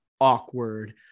awkward